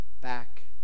back